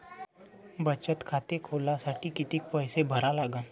बचत खाते खोलासाठी किती पैसे भरा लागन?